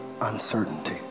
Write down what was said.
uncertainty